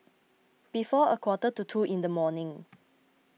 before a quarter to two in the morning